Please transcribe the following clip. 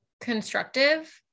constructive